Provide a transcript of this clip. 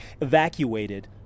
evacuated